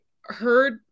heard